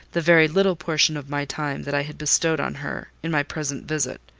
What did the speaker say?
the very little portion of my time that i had bestowed on her, in my present visit.